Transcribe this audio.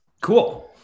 Cool